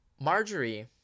Marjorie